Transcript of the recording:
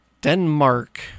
Denmark